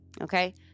okay